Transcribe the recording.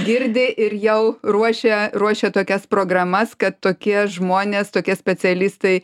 girdi ir jau ruošia ruošia tokias programas kad tokie žmonės tokie specialistai